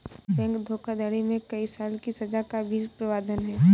bank धोखाधड़ी में कई साल की सज़ा का भी प्रावधान है